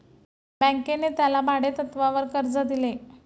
बँकेने त्याला भाडेतत्वावर कर्ज दिले